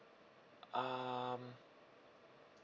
um